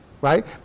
Right